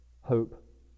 hope